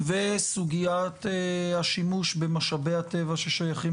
וסוגיית השימוש במשאבי הטבע ששייכים